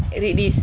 read this